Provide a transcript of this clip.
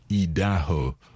idaho